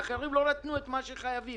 אחרים לא נתנו את מה שהם חייבים.